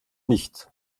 nicht